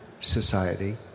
society